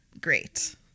great